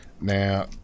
Now